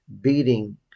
beating